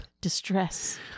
distress